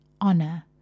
honor